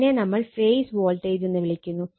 ഇതിനെ നമ്മൾ phase voltage എന്ന് വിളിക്കുന്നു